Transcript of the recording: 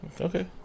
Okay